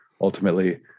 ultimately